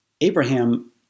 Abraham